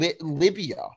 Libya